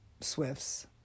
Swifts